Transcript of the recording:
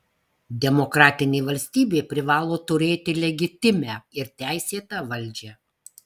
demokratinė valstybė privalo turėti legitimią ir teisėtą valdžią